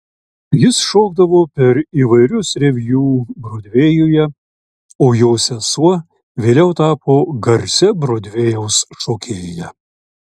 jis šokdavo per įvairius reviu brodvėjuje o jo sesuo vėliau tapo garsia brodvėjaus šokėja